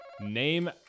Name